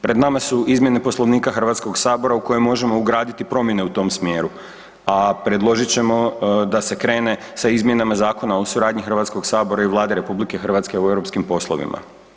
Pred nama su izmjene Poslovnika Hrvatskog sabora u kojem možemo promjene u tom smjeru a predložit ćemo da se krene sa izmjenama Zakona o suradnji Hrvatskog sabora i Vlade RH u europskim poslovima.